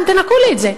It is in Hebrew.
אתם תנכו לי את זה.